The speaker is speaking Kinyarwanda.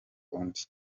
undi